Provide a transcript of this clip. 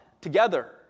together